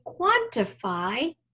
quantify